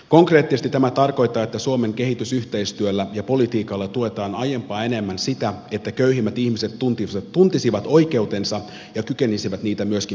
konkreettisesti tämä tarkoittaa että suomen kehitysyhteistyöllä ja politiikalla tuetaan aiempaa enemmän sitä että köyhimmät ihmiset tuntisivat oikeutensa ja kykenisivät niitä myöskin puolustamaan